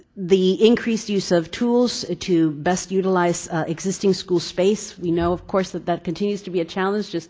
the increased use of tools to best utilize existing school space. we know of course, that that continues to be a challenge just